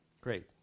Great